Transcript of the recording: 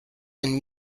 and